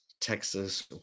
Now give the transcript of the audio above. Texas